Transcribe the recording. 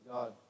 God